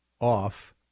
off